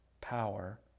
power